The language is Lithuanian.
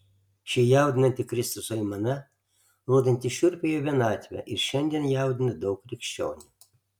ši jaudinanti kristaus aimana rodanti šiurpią jo vienatvę ir šiandien jaudina daug krikščionių